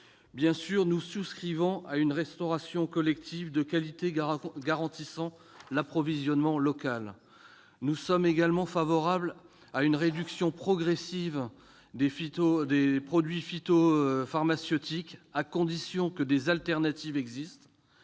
Bien sûr, nous souscrivons à une restauration collective de qualité garantissant l'approvisionnement local. Nous sommes également favorables à une réduction progressive des produits phytosanitaires, à condition que des solutions de